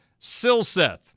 Silseth